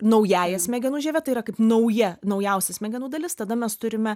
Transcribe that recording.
naująja smegenų žieve tai yra kaip nauja naujausia smegenų dalis tada mes turime